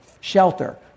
shelter